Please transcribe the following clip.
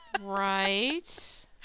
Right